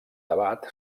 debat